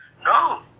No